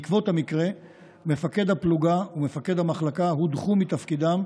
בעקבות המקרה מפקד הפלוגה ומפקד המחלקה הודחו מתפקידם,